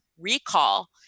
recall